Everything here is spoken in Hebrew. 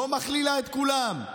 לא מכלילה את כולם,